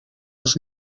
els